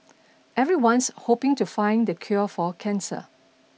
everyone's hoping to find the cure for cancer